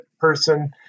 person